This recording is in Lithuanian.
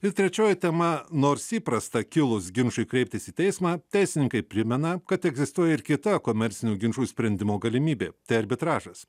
ir trečioji tema nors įprasta kilus ginčui kreiptis į teismą teisininkai primena kad egzistuoja ir kita komercinių ginčų sprendimo galimybė arbitražas